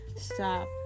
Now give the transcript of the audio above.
stop